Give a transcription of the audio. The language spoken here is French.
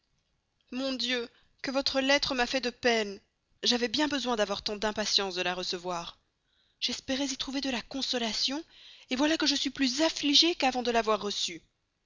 mon dieu que votre lettre m'a fait de peine j'avais bien besoin d'avoir tant d'impatience de la recevoir j'espérais y trouver de la consolation voilà que je suis plus affligée qu'avant de l'avoir reçue